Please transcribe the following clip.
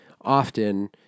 often